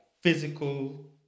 physical